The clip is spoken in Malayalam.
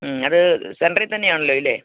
ഉം അത് സെൻ്ററിൽ തന്നെയാണല്ലോ ഇല്ലേ